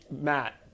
Matt